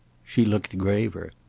she looked graver.